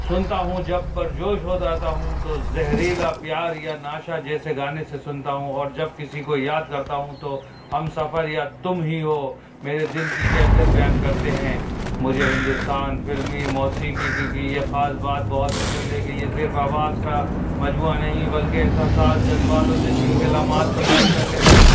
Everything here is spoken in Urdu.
سنتا ہوں جب پرجوش ہو جاتا ہوں تو زہریلا پیار یا نشہ جیسے گانے سے سنتا ہوں اور جب کسی کو یاد کرتا ہوں تو ہم سفر یا تم ہی ہو میرے دل کی کیفیت بیان کرتے ہیں مجھے ہندوستان فلمی موسییقی کی کی یہ خاص بات بہت پسند ہے کہ یہ صرف آواز کا مجموعہ نہیں بلکہ احساسات جذبات اور زندگی کے علامات کو بیان کرنے کا ایک